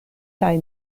kaj